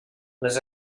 les